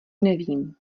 nevím